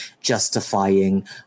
justifying